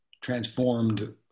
transformed